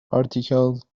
articles